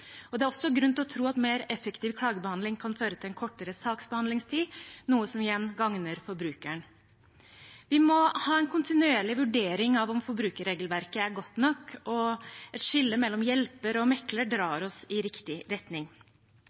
Det er også grunn til å tro at en mer effektiv klagebehandling kan føre til kortere saksbehandlingstid, noe som igjen gagner forbrukeren. Vi må ha en kontinuerlig vurdering av om forbrukerregelverket er godt nok, og et skille mellom hjelper og mekler drar oss i riktig retning.